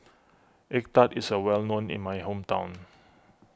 Egg Tart is a well known in my hometown